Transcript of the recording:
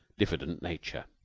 diffident nature.